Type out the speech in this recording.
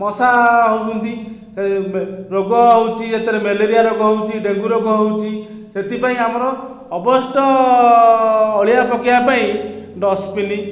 ମଶା ହେଉଛନ୍ତି ରୋଗ ହେଉଛି ଏଥିରେ ମ୍ୟାଲେରିଆ ରୋଗ ହେଉଛି ଡେଙ୍ଗୁ ରୋଗ ହେଉଛି ସେଥିପାଇଁ ଆମର ଅବଶିଷ୍ଟ ଅଳିଆ ପକାଇବା ପାଇଁ ଡଷ୍ଟବିନ୍